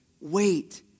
Wait